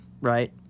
right